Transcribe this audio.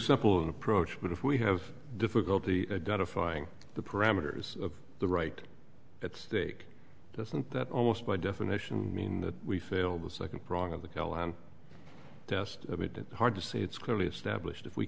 simple an approach but if we have difficulty identifying the parameters of the right at stake doesn't that almost by definition mean that we feel the second prong of the of it hard to say it's